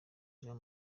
jean